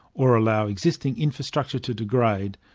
or allow existing infrastructure to degrade,